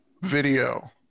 video